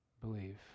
believe